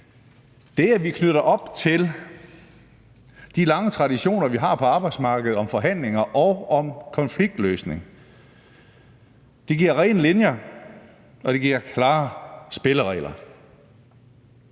Det, at vi knytter an til de lange traditioner, vi har på arbejdsmarkedet, om forhandling og om konfliktløsning, giver rene linjer, og det giver klare spilleregler.